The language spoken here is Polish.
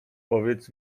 powiedz